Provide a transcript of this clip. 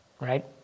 Right